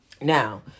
Now